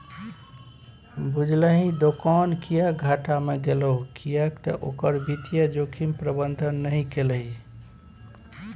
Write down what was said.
बुझलही दोकान किएक घाटा मे गेलहु किएक तए ओकर वित्तीय जोखिम प्रबंधन नहि केलही